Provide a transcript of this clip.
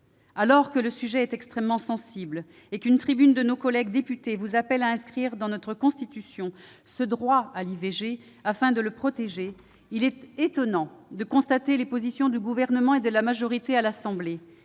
Alors que le sujet est extrêmement sensible et qu'une tribune de nos collègues députés vous appelle à inscrire dans notre Constitution ce droit à l'IVG afin de le protéger, il est étonnant de constater quelles sont les positions du Gouvernement et de la majorité à l'Assemblée